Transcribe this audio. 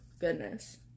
goodness